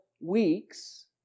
weeks